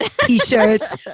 t-shirts